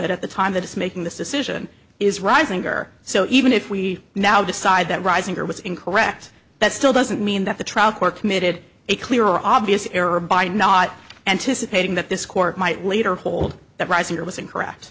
it at the time that it's making this decision is rising or so even if we now decide that rising or was incorrect that still doesn't mean that the trial court committed a clear obvious error by not anticipating that this court might later hold that rising or was incorrect